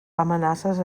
amenaces